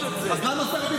לא, לא, אבל חרגת הרבה זמן.